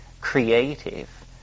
creative